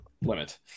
limit